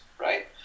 right